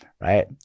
right